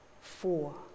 four